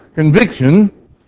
Conviction